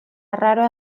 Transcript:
arraroa